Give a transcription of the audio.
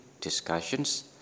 discussions